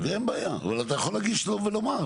אפשר להגיש הסתייגויות גם עכשיו.